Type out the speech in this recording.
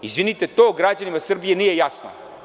Izvinite, to građanima Srbije nije jasno.